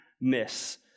miss